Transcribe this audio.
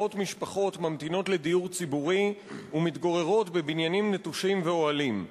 מאות משפחות ממתינות לדיור ציבורי ומתגוררות בבניינים נטושים ואוהלים.